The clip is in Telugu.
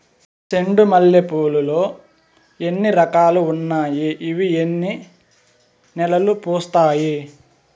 చెండు మల్లె పూలు లో ఎన్ని రకాలు ఉన్నాయి ఇవి ఎన్ని నెలలు పూస్తాయి